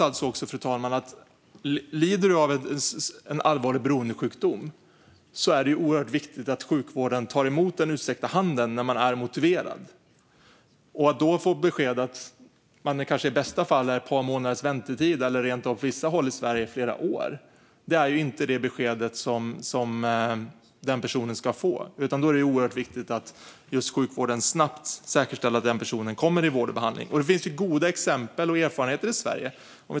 Lider man av en allvarlig beroendesjukdom är det oerhört viktigt att sjukvården tar emot den utsträckta handen när man är motiverad. Beskedet att det är en väntetid på i bästa fall ett par månader, på vissa håll i Sverige rent av flera år, är inte det besked som den personen ska få, utan det är oerhört viktigt att sjukvården snabbt säkerställer att personen kommer i vård och behandling. Det finns goda exempel och erfarenheter i Sverige.